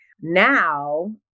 Now